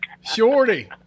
Shorty